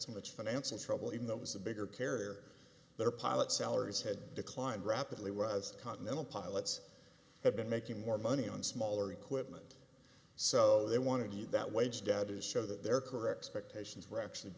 so much financial trouble even though it was a bigger carrier their pilots salaries had declined rapidly whereas continental pilots have been making more money on smaller equipment so they want to see that wage gap is show that they're correct spectators were actually